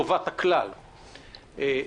בסדר גמור.